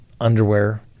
underwear